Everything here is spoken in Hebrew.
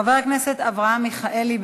חבר הכנסת אברהם מיכאלי,